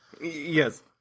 Yes